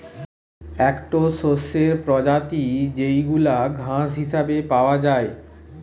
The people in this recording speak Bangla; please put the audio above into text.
একটো শস্যের প্রজাতি যেইগুলা ঘাস হিসেবে পাওয়া যায়